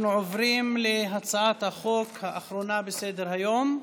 אנחנו עוברים להצעת החוק האחרונה בסדר-היום,